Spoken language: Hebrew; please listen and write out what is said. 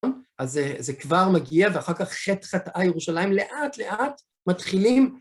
אז זה כבר מגיע, ואחר כך חטה חטאה, ירושלים לאט לאט מתחילים...